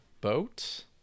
boat